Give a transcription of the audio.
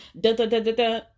da-da-da-da-da